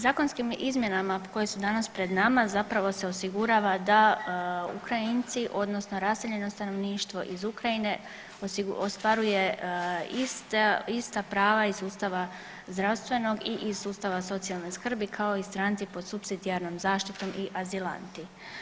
Zakonskim izmjenama koje su danas pred nama zapravo se osigurava da Ukrajinci odnosno raseljeno stanovništvo iz Ukrajine ostvaruje ista prava iz sustava zdravstvenog i iz sustava socijalne skrbi kao i stranci pod supsidijarnom zaštitom i azilanti.